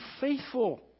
faithful